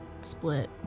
split